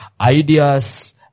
ideas